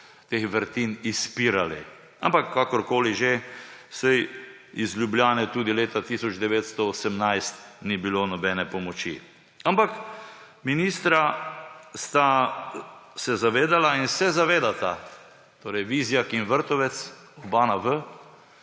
te vrtine izpirali. Ampak kakorkoli že, saj iz Ljubljane tudi leta 1918 ni bilo nobene pomoči. Ampak ministra sta se zavedala in se zavedata – torej Vizjak in Vrtovec, oba na V